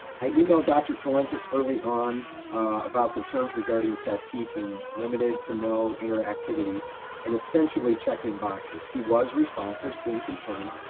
i emailed dr colentus early on about concerns regarding self-teaching limited to no interactivity and essentially checking boxes. he was responsive, seemed concern,